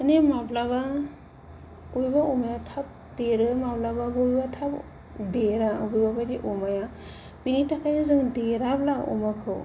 माने माब्लाबा बबेबा अमाया थाब देरो माब्लाबा बबेबा थाब देरा बबेबा बादि अमाया बेनिथाखायनो जोङो देराब्ला अमाखौ